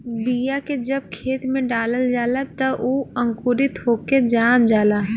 बीया के जब खेत में डालल जाला त उ अंकुरित होके जाम जाला